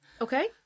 Okay